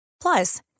Plus